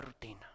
rutina